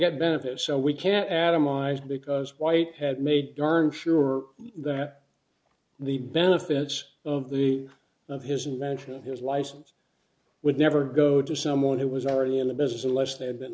get benefits so we can atomized because white had made darn sure that the benefits of the of his invention and his license would never go to someone who was already in the business unless they had been